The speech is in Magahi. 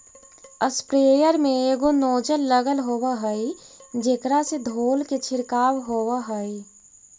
स्प्रेयर में एगो नोजल लगल होवऽ हई जेकरा से धोल के छिडकाव होवऽ हई